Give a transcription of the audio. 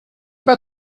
pas